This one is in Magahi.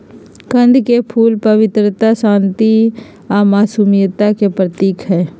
कंद के फूल पवित्रता, शांति आ मासुमियत के प्रतीक हई